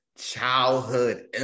childhood